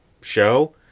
show